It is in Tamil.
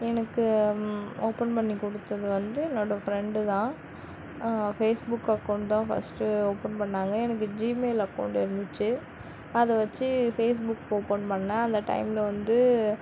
எனக்கு ஓப்பன் பண்ணிக் கொடுத்தது வந்து என்னோட ஃப்ரெண்டு தான் ஃபேஸ்புக் அக்கௌண்ட் தான் ஃபர்ஸ்ட்டு ஓப்பன் பண்ணாங்க எனக்கு ஜிமெயில் அக்கௌண்ட் இருந்துச்சு அதை வச்சு ஃபேஸ்புக் ஓப்பன் பண்ணேன் அந்த டைமில் வந்து